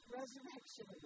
resurrection